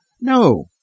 No